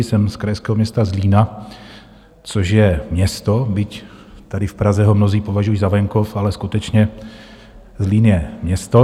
Jsem z krajského města Zlína, což je město, byť tady v Praze ho mnozí považují za venkov, ale skutečně Zlín je město.